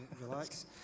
Relax